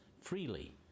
freely